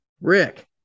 Rick